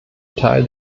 teil